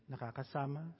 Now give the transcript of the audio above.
nakakasama